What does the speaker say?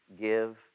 give